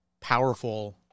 powerful